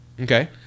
Okay